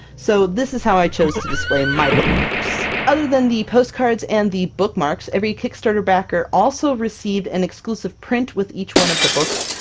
so, this is how i chose to display my bookmarks. other than the postcards and the bookmarks, every kickstarter backer also received an exclusive print with each one of the books,